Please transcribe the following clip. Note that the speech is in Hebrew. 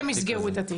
הם יסגרו את התיק.